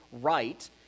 right